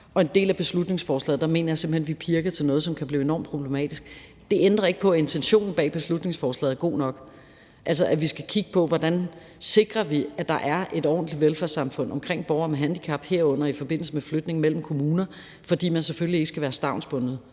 og en del af beslutningsforslaget mener jeg simpelt hen pirker til noget, som kan blive enormt problematisk. Det ændrer ikke på, at intentionen bag beslutningsforslaget er god nok, altså at vi skal kigge på, hvordan vi sikrer, at der er et ordentligt velfærdssamfund omkring borgere med handicap, herunder i forbindelse med flytning mellem kommuner, fordi man som borger selvfølgelig ikke skal være stavnsbundet.